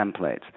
templates